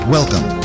Welcome